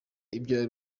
ibya